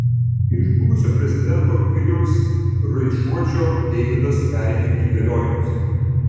iš buvusio prezidento viliaus raišuočio deividas perėmė įgaliojimus